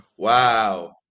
Wow